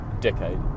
decade